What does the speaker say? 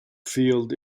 field